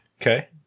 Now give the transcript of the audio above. okay